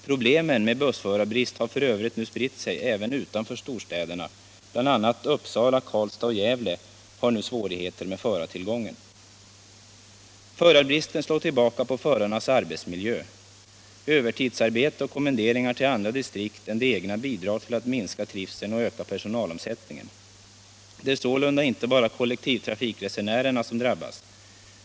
Problemen med bussförarbrist har f. ö. spritt sig även utanför storstäderna. Uppsala, Karlstad och Gävle har nu svårigheter med förartillgången. Förarbristen slår tillbaka på förarnas arbetsmiljö. Övertidsarbete och kommenderingar till andra distrikt än det egna bidrar till att minska trivseln och öka personalomsättningen. Det är sålunda inte bara kollektivtrafiksresenärerna som drabbas.